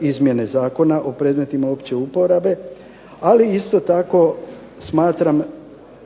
izmjene Zakona o predmetima opće uporabe ali isto tako smatram